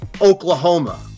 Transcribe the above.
Oklahoma